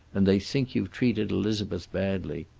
and they think you've treated elizabeth badly.